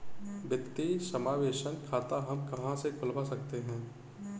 वित्तीय समावेशन खाता हम कहां से खुलवा सकते हैं?